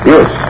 Yes